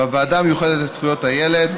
בוועדה המיוחדת לזכויות הילד,